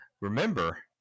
Remember